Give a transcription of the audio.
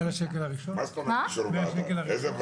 על השקל הראשון?